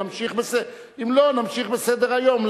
נמשיך בסדר-היום.